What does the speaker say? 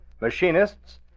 machinists